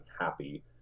happy